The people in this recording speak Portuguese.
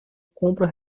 compra